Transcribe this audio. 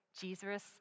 Jesus